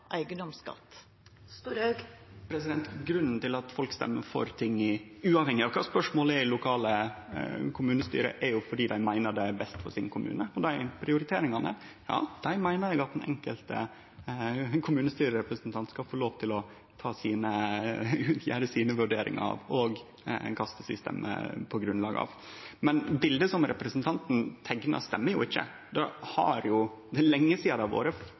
eigedomsskatt? Grunnen til at folk stemmer for noko i lokale kommunestyre, uavhengig av kva spørsmålet er, er at dei meiner det er best for sin kommune, og dei prioriteringane meiner eg at den enkelte kommunestyrerepresentanten skal få lov til å gjere sine vurderingar av og røyste på grunnlag av. Men biletet som representanten teiknar, stemmer jo ikkje. Det er lenge sidan det har vore så få kommunar på ROBEK-lista som det er no, og tiltak etter tiltak som denne regjeringa har